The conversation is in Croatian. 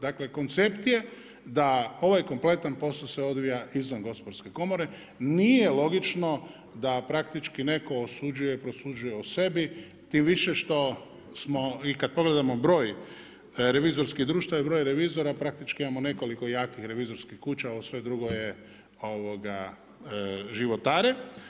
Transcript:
Dakle, koncept je da ovaj kompletan posao se odvija izvan gospodarske komore, nije logično da praktički netko osuđuju i prosuđuje o sebi, tim više što smo i kad pogledamo broj revizorskih društava i broj revizora, praktički imamo nekoliko jakih revizorskih kuća, ove sve drugo životare.